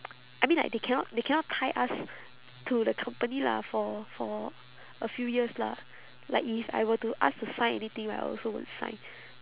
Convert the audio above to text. I mean like they cannot they cannot tie us to the company lah for for a few years lah like if I were to asked to sign anything right I also won't sign